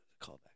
callback